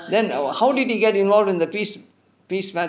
then err how did he get involved in the peace peace